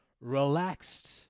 relaxed